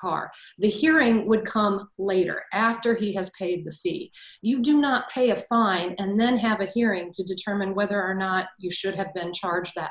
car the hearing would come later after he has paid the state you do not pay a fine and then have a hearing to determine whether or not you should have been charged that